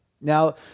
Now